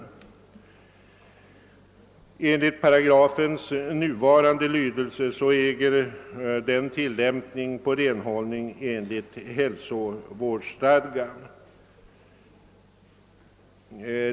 Enligt paragrafens nuvarande lydelse äger den tillämpning beträffande renhållning enligt hälsovårdsstadgan.